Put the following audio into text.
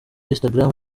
instagram